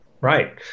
Right